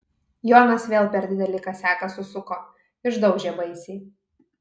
jonas vėl per didelį kasiaką susuko išdaužė baisiai